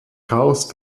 chaos